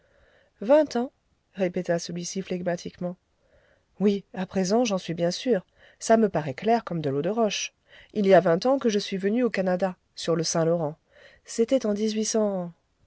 vingt ans répéta celui-ci flegmatiquement oui à présent j'en suis bien sûr ça me paraît clair comme de l'eau de roche il y a vingt ans que je suis venu au canada sur le saint-laurent c'était en